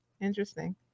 Interesting